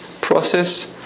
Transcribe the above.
process